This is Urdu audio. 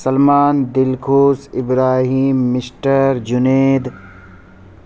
سلمان دل خوش ابراہیم مسٹر جنید